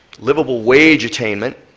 livable wage attainment,